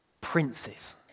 Princes